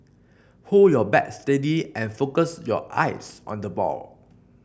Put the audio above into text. hold your bat steady and focus your eyes on the ball